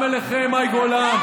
דבר, איפה הוא?